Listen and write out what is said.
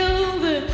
over